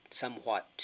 somewhat